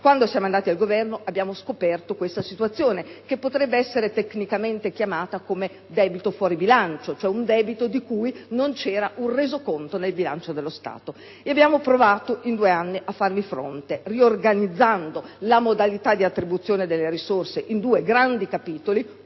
Quando siamo andati al Governo abbiamo scoperto questa situazione, che potrebbe essere tecnicamente chiamata come debito fuori bilancio, cioè un debito di cui non c'era un resoconto nel bilancio dello Stato; abbiamo provato in due anni a farvi fronte riorganizzando la modalità di attribuzione delle risorse in due grandi capitoli,